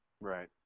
Right